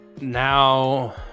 Now